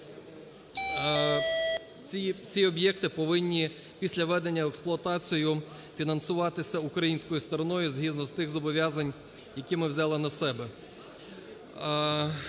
ці об'єкти повинні після введення в експлуатацію фінансуватися українською стороною згідно з тих зобов'язань, які ми взяли на себе.